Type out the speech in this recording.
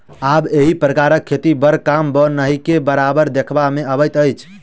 आब एहि प्रकारक खेती बड़ कम वा नहिके बराबर देखबा मे अबैत अछि